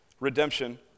Redemption